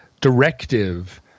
directive